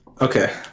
Okay